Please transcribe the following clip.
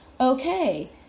okay